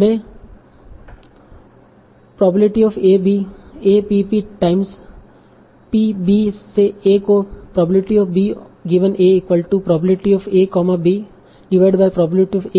मैं P A B A P P times P B से A को